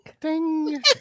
Ding